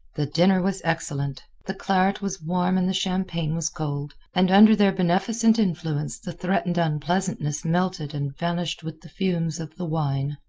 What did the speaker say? the dinner was excellent. the claret was warm and the champagne was cold, and under their beneficent influence the threatened unpleasantness melted and vanished with the fumes of the wine.